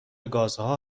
گازها